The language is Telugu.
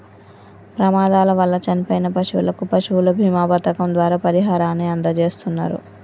ప్రమాదాల వల్ల చనిపోయిన పశువులకు పశువుల బీమా పథకం ద్వారా పరిహారాన్ని అందజేస్తున్నరు